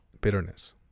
bitterness